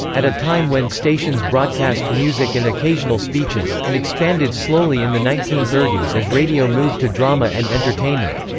at a time when stations broadcast music and occasional speeches, and expanded slowly in the nineteen thirty s as radio moved to drama and entertainment.